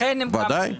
ודאי.